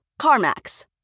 CarMax